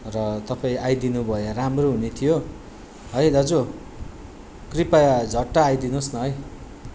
र तपाईँ आइदिनु भए राम्रो हुनेथ्यो है दाजु कृपया झट्ट आइदिनुहोस् न है